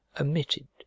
omitted